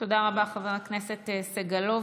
תודה רבה, חבר הכנסת סגלוביץ'.